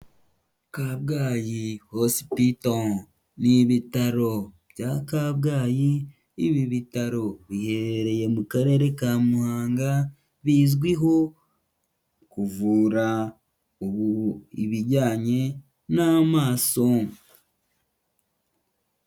Kabgayi hospital. Ni ibitaro bya Kabgayi, ibi bitaro biherereye mu Karere ka Muhanga, bizwiho kuvura ibijyanye n'amaso.